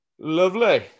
Lovely